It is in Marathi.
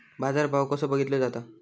बाजार भाव कसो बघीतलो जाता?